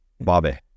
Bobby